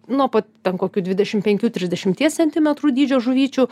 nuo pat ten kokių dvidešim penkių trisdešimties centimetrų dydžio žuvyčių